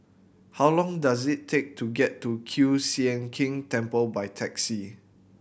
how long does it take to get to Kiew Sian King Temple by taxi